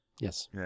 yes